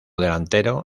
delantero